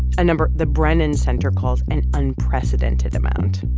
a number the brennan center calls an unprecedented amount.